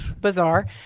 bizarre